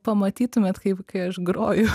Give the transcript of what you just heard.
pamatytumėt kaip kai aš groju